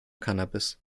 cannabis